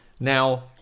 Now